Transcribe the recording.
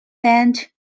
band